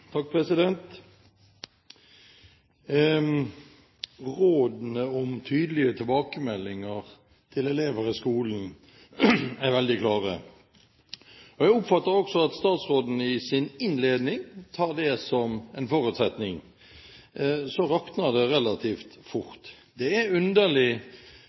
veldig klare. Jeg oppfatter også at statsråden i sin innledning har det som en forutsetning. Så rakner det relativt fort. Det er underlig